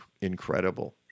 incredible